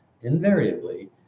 invariably